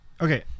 Okay